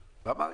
ואמר,